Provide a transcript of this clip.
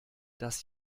das